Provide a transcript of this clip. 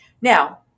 Now